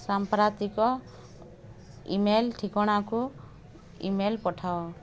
ସାମ୍ପ୍ରତିକ ଇମେଲ୍ ଠିକଣାକୁ ଇମେଲ୍ ପଠାଅ